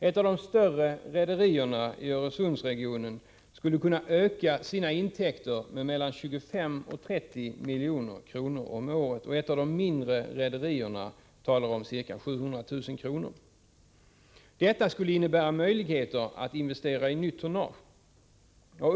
Ett av de större rederierna i Öresundsregionen skulle kunna öka sina intäkter med mellan 25 och 30 milj.kr. om året, och ett av de mindre rederierna talar om en ökning med ca 700 000 kr. Detta skulle innebära möjligheter att investera i nytt tonnage.